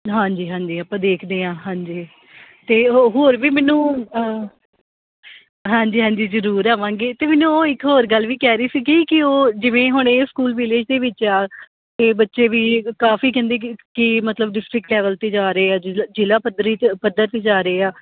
ਹਾਂਜੀ ਹਾਂਜੀ ਆਪਾਂ ਦੇਖਦੇ ਹਾਂ ਹਾਂਜੀ ਅਤੇ ਉਹ ਹੋਰ ਵੀ ਮੈਨੂੰ ਹਾਂਜੀ ਹਾਂਜੀ ਜ਼ਰੂਰ ਆਵਾਂਗੇ ਅਤੇ ਮੈਨੂੰ ਉਹ ਇੱਕ ਹੋਰ ਗੱਲ ਵੀ ਕਹਿ ਰਹੀ ਸੀ ਕਿ ਉਹ ਜਿਵੇਂ ਹੁਣ ਇਹ ਸਕੂਲ ਵਿਲੇਜ ਦੇ ਵਿੱਚ ਆ ਅਤੇ ਬੱਚੇ ਵੀ ਕਾਫੀ ਕਹਿੰਦੇ ਕਿ ਮਤਲਬ ਡਿਸਟਰਿਕਟ ਲੈਵਲ ਅਤੇ ਜਾ ਰਹੇ ਆ ਜ ਜ਼ਿਲ੍ਹਾ ਪੱਧਰੀ ਜਾ ਰਹੇ ਆ